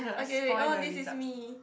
okay wait oh this is me